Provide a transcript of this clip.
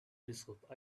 telescope